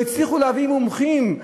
לא הצליחו להביא מומחים.